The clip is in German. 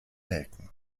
nelken